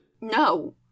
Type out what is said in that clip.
No